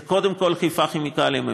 זה קודם כול חיפה כימיקלים.